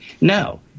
No